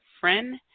friend